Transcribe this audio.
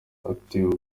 active